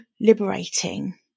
liberating